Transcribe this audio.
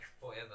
forever